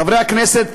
חברי הכנסת,